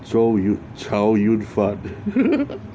so yun chow yun fatt